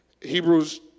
Hebrews